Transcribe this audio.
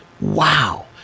Wow